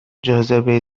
جاذبه